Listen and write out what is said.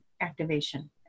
activation